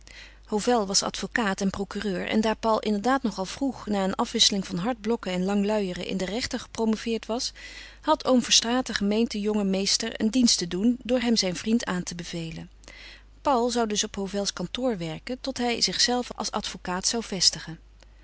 hovel was advocaat en procureur en daar paul inderdaad nog al vroeg na een afwisseling van hard blokken en lang luieren in de rechten gepromoveerd was had oom verstraeten gemeend den jongen meester een dienst te doen door hem zijn vriend aan te bevelen paul zou dus op hovels kantoor werken tot hij zichzelven als advocaat zou vestigen